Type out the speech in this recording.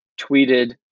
tweeted